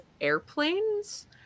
airplanes